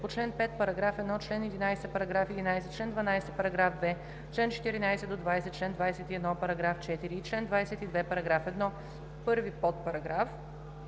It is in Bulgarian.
по чл. 5, параграф 1, чл. 11, параграф 11, чл. 12, параграф 2, чл. 14-20, чл. 21, параграф 4 и чл. 22, параграф 1, първи подпараграф